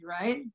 right